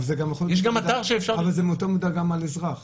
אבל זה באותה מידה גם על אזרח.